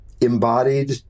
embodied